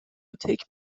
take